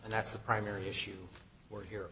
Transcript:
and that's the primary issue we're here